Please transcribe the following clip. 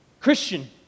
Christian